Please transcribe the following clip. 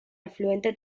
afluente